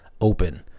open